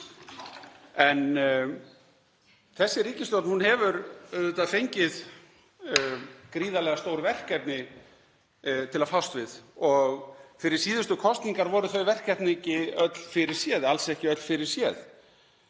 En þessi ríkisstjórn hefur auðvitað fengið gríðarlega stór verkefni til að fást við og fyrir síðustu kosningar voru þau verkefni ekki öll fyrirséð, alls ekki öll fyrirséð.